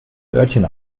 örtchen